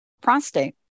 prostate